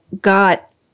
got